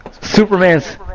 Superman's